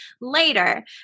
later